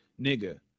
nigga